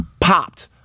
popped